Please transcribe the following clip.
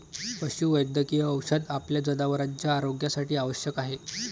पशुवैद्यकीय औषध आपल्या जनावरांच्या आरोग्यासाठी आवश्यक आहे